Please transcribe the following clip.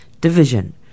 Division